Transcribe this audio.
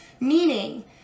Meaning